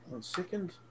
second